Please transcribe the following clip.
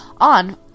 on